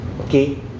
Okay